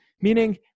meaning